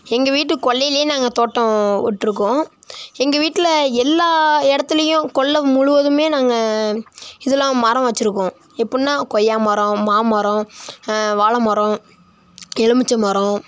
எங்க வீட்டு கொல்லைலே நாங்கள் தோட்டம் விட்ருக்கோம் எங்கள் வீட்டில் எல்லா இடத்துலையும் கொல்லை முழுவதும் நாங்கள் இதுலாம் மரம் வச்சிருக்கோம் எப்பிடின்னா கொய்யா மரம் மாமரம் வாழை மரம் எலுமிச்சை மரம்